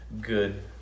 good